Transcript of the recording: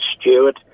stewart